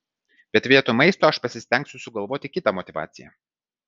bet vietoj maisto aš pasistengsiu sugalvoti kitą motyvaciją